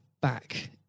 back